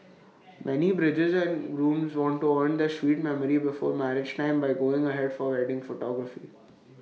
many brides and grooms want to earn their sweet memory before marriage time by going abroad for wedding photography